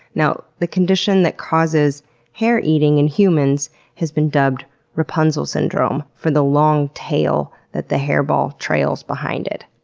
now, the condition that causes hair eating in humans has been dubbed rapunzel syndrome for the long tail that the hairball trails behind it.